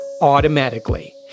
automatically